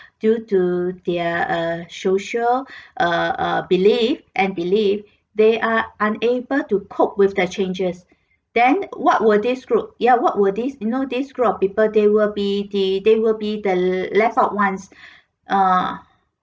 due to their err social err err belief and belief they are unable to cope with that changes then what were these group ya what were these you know these group of people they will be the they will be the left out ones ah